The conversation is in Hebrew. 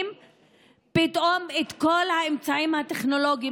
פתאום משתמשים בכל האמצעים הטכנולוגיים,